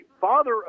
father